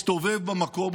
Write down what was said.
הסתובב במקום,